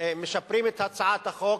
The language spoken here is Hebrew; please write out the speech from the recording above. משפרים את הצעת החוק.